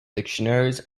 dictionaries